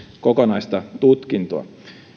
kokonaista tutkintoa